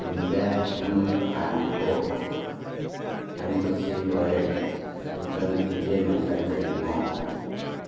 India hemp and co hemp seed oil ഉൽപ്പന്നം തിരികെ നൽകാൻ കഴിയുമോ